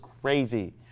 crazy